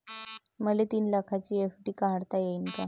मले तीन लाखाची एफ.डी काढता येईन का?